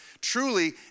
truly